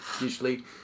usually